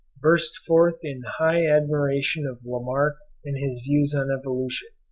burst forth in high admiration of lamarck and his views on evolution.